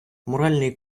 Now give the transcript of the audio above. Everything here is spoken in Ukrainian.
моральний